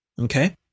okay